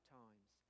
times